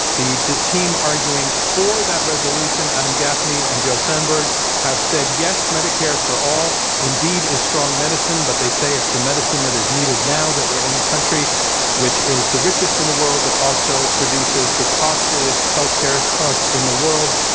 the the team arguing for that resolution adam gaffney and joe sanberg have said yes, medicare for all, indeed, is strong medicine. but they say it's the medicine that is needed now that we're in a country which is the richest in the world, but also produces the costliest healthcare costs in the world,